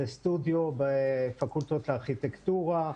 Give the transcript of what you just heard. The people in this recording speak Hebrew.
זה סטודיו בפקולטות לארכיטקטורה,